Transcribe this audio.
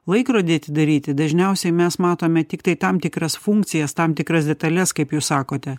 laikrodį atidaryti dažniausiai mes matome tiktai tam tikras funkcijas tam tikras detales kaip jūs sakote